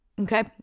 okay